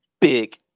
Big